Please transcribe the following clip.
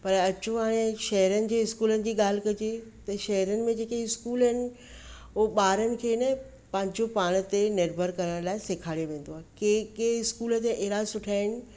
पर अचो हाणे शहरनि जे स्कूलनि जी ॻाल्हि कॼे त शहरनि में जेके स्कूल आहिनि उहा ॿारनि खे न पंहिंजो पाण ते निर्भर करण लाइ सेखारियो वेंदो कंहिं कंहिं स्कूल त अहिड़ा सुठा आहिनि